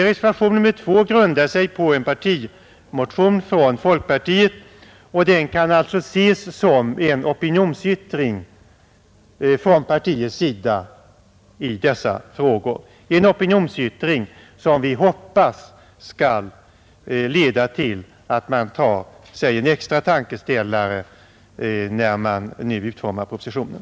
Reservationen 2 grundar sig på en partimotion från folkpartiet, och den kan alltså ses som en opinionsyttring från partiets sida i dessa frågor — en opinionsyttring som vi hoppas skall leda till att man tar sig en extra tankeställare, när man nu utformar propositionen.